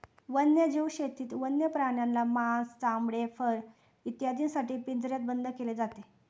वन्यजीव शेतीत वन्य प्राण्यांना मांस, चामडे, फर इत्यादींसाठी पिंजऱ्यात बंद केले जाते